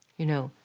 you know,